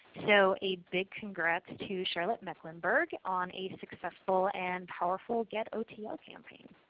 so a big congrats to charlotte mecklenburg on a successful and powerful get otl campaign.